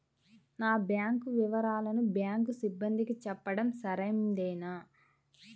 నా బ్యాంకు వివరాలను బ్యాంకు సిబ్బందికి చెప్పడం సరైందేనా?